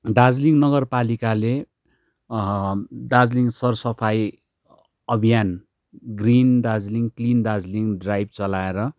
दार्जिलिङ नगरपालिकाले दार्जिलिङ सरसफाई अभियान green Darjeeling clean Darjeeling drive चलाएर